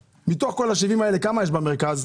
מתוך כל המכשירים האלה כמה יש לך במרכז?